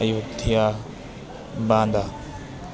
Ayodhya Banda